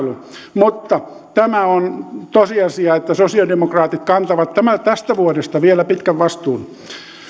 mutta tämä on tosiasia että sosialidemokraatit kantavat tästä vuodesta vielä pitkän vastuun